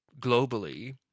globally